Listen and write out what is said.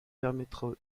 permettra